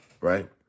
right